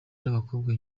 n’abakobwa